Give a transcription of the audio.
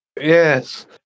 Yes